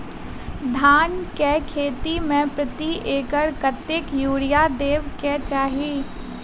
धान केँ खेती मे प्रति एकड़ कतेक यूरिया देब केँ चाहि?